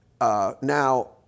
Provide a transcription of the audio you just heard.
Now